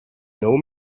know